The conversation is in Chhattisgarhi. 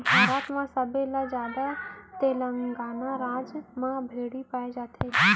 भारत म सबले जादा तेलंगाना राज म भेड़ी पाए जाथे